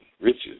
riches